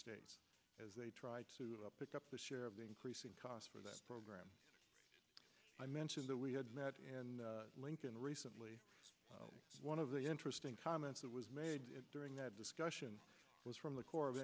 states as they try to pick up the share of the increase in costs for that program i mentioned that we had met and lincoln recently one of the interesting comments that was made during that discussion was from the corps of